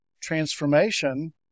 transformation